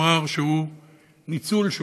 אמר שהוא ניצוּל שואה.